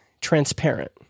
transparent